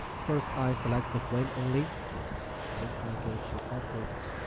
first i select the frame only then i go to object